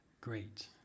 great